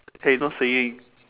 !hey! not saying